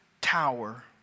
tower